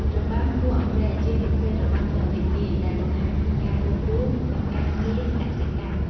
របាំគោះអង្រែជាប្រភេទរបាំដ៏រីករាយ ដែលបង្ហាញពីការរួបរួម និងការងារកសិកម្ម។